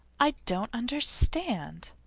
i don't understand.